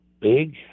big